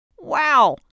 Wow